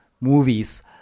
movies